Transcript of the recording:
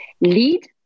lead